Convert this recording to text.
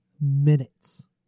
minutes